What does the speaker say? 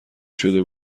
شده